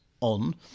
on